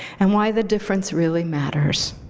and why the difference really matters.